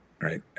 right